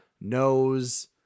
knows